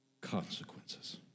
consequences